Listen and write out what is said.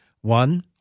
One-